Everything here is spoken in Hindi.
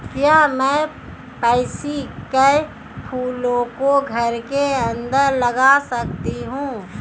क्या मैं पैंसी कै फूलों को घर के अंदर लगा सकती हूं?